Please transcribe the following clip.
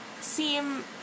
seem